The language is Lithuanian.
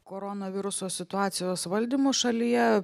koronaviruso situacijos valdymu šalyje